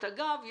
אגב,